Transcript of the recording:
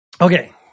okay